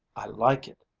i like it.